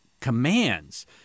commands